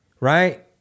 Right